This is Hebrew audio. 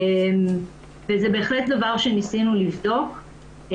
וזה בהחלט דבר שניסינו לבדוק.